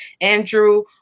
Andrew